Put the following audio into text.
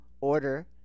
order